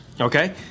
okay